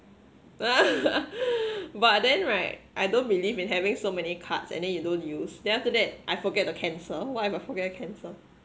but then right I don't believe in having so many cards and then you don't use then after that I forget to cancel what if I forget to cancel